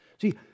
See